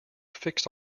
fixed